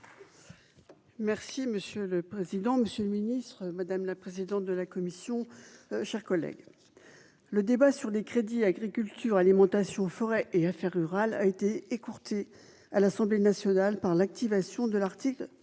Merci monsieur le président, monsieur le ministre, madame la présidente de la commission, chers collègues, le débat sur les crédits, agriculture, alimentation, forêt et affaires rurales a été écourtée à l'Assemblée nationale par l'activation de l'article 49